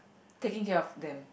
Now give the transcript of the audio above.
taking care of them